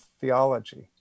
Theology